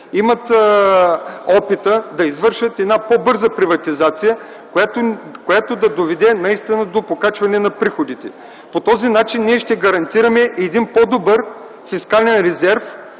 имат опита, да извършат по-бърза приватизация, която да доведе до покачване на приходите. По този начин ние ще гарантираме по-добър фискален резерв